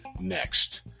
next